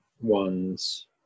one's